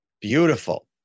Beautiful